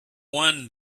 won